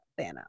thanos